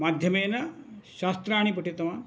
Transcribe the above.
माध्यमेन शास्त्राणि पठितवान्